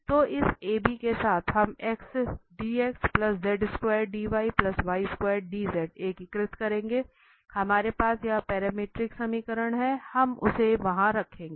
तो इस AB के साथ हम एकीकृत करेंगे हमारे पास ये पैरामीट्रिक समीकरण हैं हम उसे वहां रखेंगे